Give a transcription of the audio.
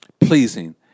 pleasing